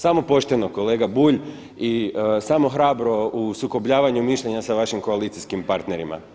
Samo pošteno kolega Bulj i samo hrabro u sukobljavanju mišljenja sa vašim koalicijskim partnerima.